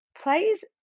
plays